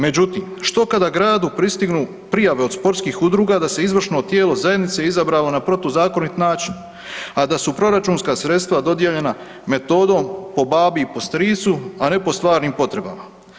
Međutim, što kada gradu pristignu prijave od sportskih udruga da se izvršno tijelo zajednice izabralo na protuzakonit način, a da su proračunska sredstva dodijeljena metodom po babi i po stricu, a ne po stvarnim potrebama?